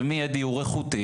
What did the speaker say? אם יהיה דיור איכותי,